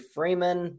Freeman